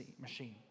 machine